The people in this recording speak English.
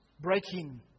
Breaking